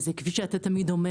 כפי שאתה אומר,